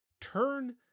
turn